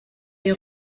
est